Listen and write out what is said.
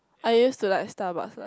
I used to like Starbucks lah